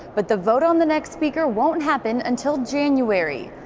but the vote on the next speaker won't happen until january.